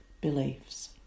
beliefs